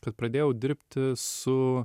kad pradėjau dirbti su